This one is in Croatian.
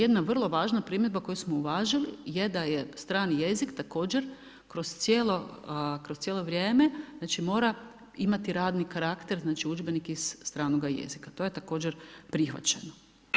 Jedna vrlo važna primjedba koju smo uvažili je da je strani jezik također, kroz cijelo vrijeme znači mora imati radni karakter znači udžbenike iz stranoga jezika, to je također prihvaćeno.